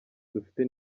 dufite